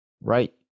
right